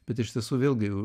bet iš tiesų vėlgi